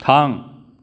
थां